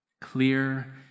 Clear